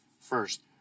first